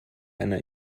einer